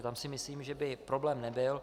Tam si myslím, že by problém nebyl.